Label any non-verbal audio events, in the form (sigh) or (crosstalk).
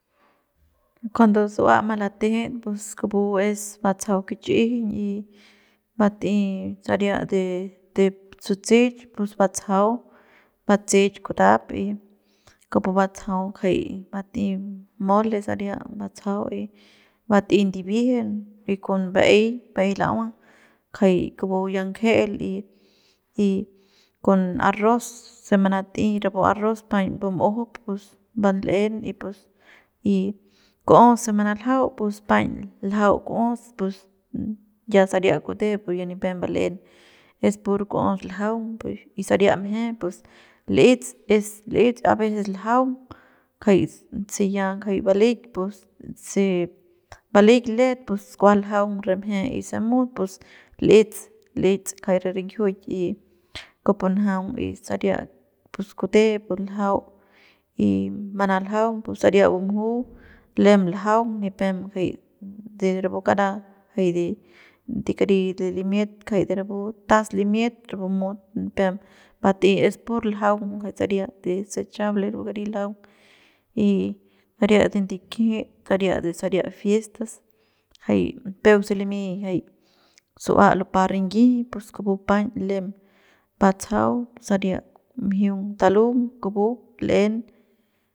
(noise) cuando su'ua malatejet pus kupu es batsajau kich'ijiñ y bat'ey saria de de sutse'ch pus batsajau batse'ech kutap y kupu batsajau jay bat'ey mole saria batsajau y bat'ey ndibiejen y con ba'ey ba'ey la'ua kjay kupu ya ng'ejel y y con arroz se manat'ey rapu arroz paiñ bum'ujup pus bal'en pus y kuos se manaljau pus paiñ ljau kuos pus ya saria kute ya nipem mbal'en es pur kuos ljaung y saria mje pus l'ets es l'ets a veces ljaung kjai se ya ngajay bali pus se balik let pus kuas ljaung re mje y se mut pus lets lets kjay re rinjiuk y kujupu njaung y saria pus kute pus ljau y manaljaung pus saria bumu lem ljaung pu nipem ngajai rapu kara jay de kari de limiet kjai de rapu taz limiet de rapu mut nipem mbat'ey es pur ljaung jay saria desechable de rapu kari ljaung y saria de ndikijit de saria de saria fiestas jay peuk se limy jay sua lupa rinyiji pus kupu paiñ lem batsajau saria mjiung talung kupu l'en.